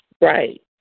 Right